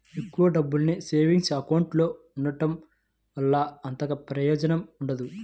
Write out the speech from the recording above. ఎక్కువ డబ్బుల్ని savings account లో ఉంచడం వల్ల అంతగా ప్రయోజనం ఉండదు